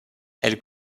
elle